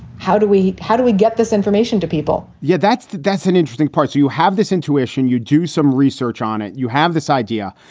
how do we how do we get this information to people? yeah, that's that's an interesting part. so you have this intuition. you do some research on it. you have this idea.